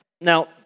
Now